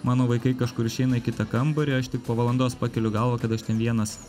mano vaikai kažkur išeina į kitą kambarį aš tik po valandos pakeliu galvą kad aš ten vienas